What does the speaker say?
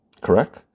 correct